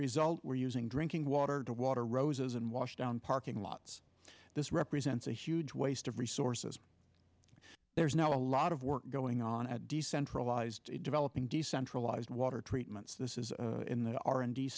result we're using drinking water to water roses and wash down parking lots this represents a huge waste of resources there's now a lot of work going on at decentralized developing decentralized water treatments this is in the r and d